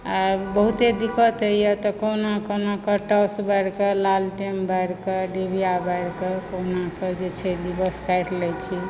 आ बहुते दिक्कत होइए तऽ कहुना कहुना टोर्च बारिकऽ लालटेन बारिकऽ डिबिआ बारिकऽ कहुनाकऽ जे छै दिवस काटि लैत छी